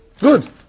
Good